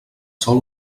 sòl